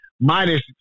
Minus